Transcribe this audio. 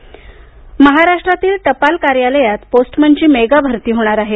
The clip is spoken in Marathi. टपाल भरती महाराष्ट्रातील टपाल कार्यालयांत पोस्टमनची मेगा भरती होणार आहे